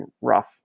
rough